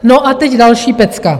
No a teď další pecka.